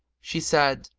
she said,